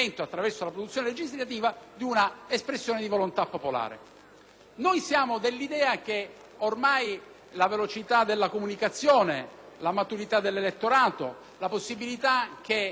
Siamo dell'idea che ormai la velocità della comunicazione, la maturità dell'elettorato, la possibilità che la ricerca del voto possa essere concentrata e ancor più